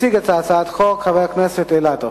יציג את הצעת החוק חבר הכנסת אילטוב.